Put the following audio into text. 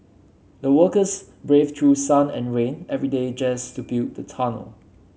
the workers braved through sun and rain every day just to build the tunnel